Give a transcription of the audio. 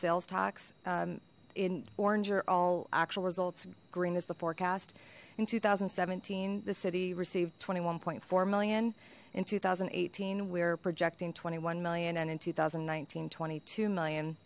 sales tax in oringer all actual results green as the forecast in two thousand and seventeen the city received twenty one point four million in two thousand and eighteen we're projecting twenty one million and in two thousand and nineteen twenty two million